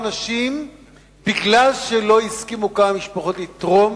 כמה אנשים משום שכמה משפחות לא הסכימו לתרום